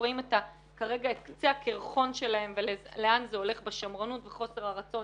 רואים כרגע את קצה הקרחון שלהם ולאן זה הולך בשמרנות ובחוסר הרצון